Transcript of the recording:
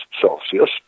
Celsius